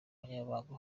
umunyamabanga